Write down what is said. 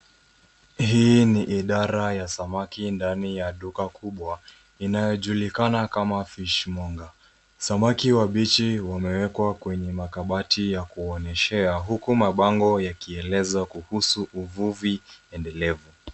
Hii ni idara ya samaki ndani ya duka kubwa inayojulikana kama Fish Monger. Samawaki wabichi wamewekwa kwenye makabati ya kuonyeshea huku mabango yakieleza kuhusu uvuvi endelevu.